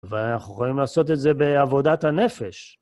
ואנחנו יכולים לעשות את זה בעבודת הנפש.